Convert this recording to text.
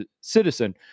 citizen